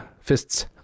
fists